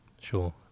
Sure